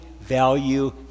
value